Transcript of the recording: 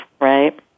right